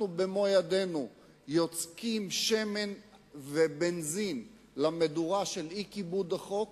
אנחנו במו ידינו יוצקים שמן ובנזין למדורה של אי-כיבוד החוק